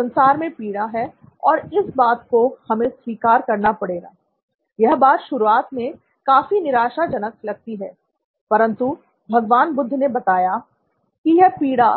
संसार में पीड़ा है और इस बात को को हमें स्वीकार करना पड़ेगाl यह बात शुरुआत मे काफी निराशाजनक लगती है परन्तु भगवान् बुद्ध ने पाया कि यह पीड़ा